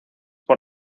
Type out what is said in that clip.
por